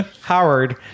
Howard